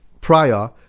prior